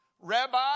Rabbi